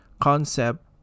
concept